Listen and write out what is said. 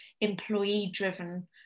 employee-driven